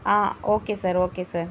okay sir okay sir